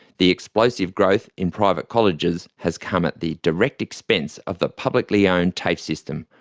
the explosive growth in private colleges has come at the direct expense of the publicly-owned tafe system,